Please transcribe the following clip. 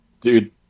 Dude